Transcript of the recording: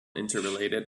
interrelated